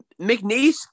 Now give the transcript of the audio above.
McNeese